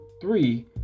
three